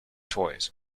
toys